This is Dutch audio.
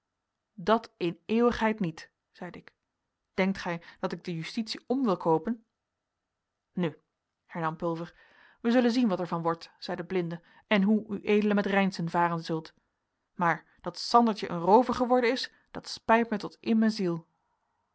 dat in eeuwigheid niet zeide ik denkt gij dat ik de justitie om wil koopen nu hernam pulver wij zullen zien wat er van wordt zei de blinde en hoe ued met reynszen varen zult maar dat sandertje een roover geworden is dat spijt mij tot in mijn ziel